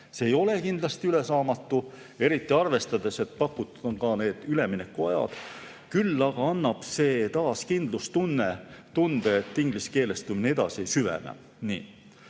See ei ole kindlasti ülesaamatu, arvestades, et pakutud on ka üleminekuajad. Küll aga annab see taas kindlustunde, et ingliskeelestumine ei süvene.